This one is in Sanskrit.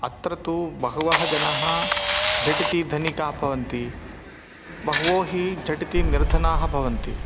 अत्र तु बहवः जनाः झटिति धनिकाः भवन्ति बहवो हि झटिति निर्धनाः भवन्ति